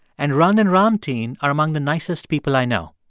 and rund and ramtin are among the nicest people i know.